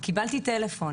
קיבלתי טלפון